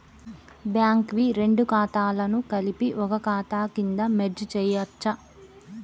Bank వి రెండు ఖాతాలను కలిపి ఒక ఖాతా కింద మెర్జ్ చేయచ్చా?